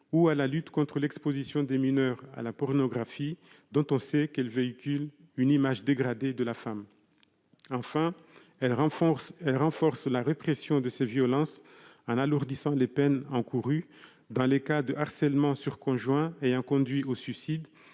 ou à la lutte contre l'exposition des mineurs à la pornographie, qui véhicule, on le sait, une image dégradée de la femme. Enfin, la proposition de loi renforce la répression de ces violences en alourdissant les peines encourues dans les cas de harcèlement sur conjoint ayant conduit au suicide,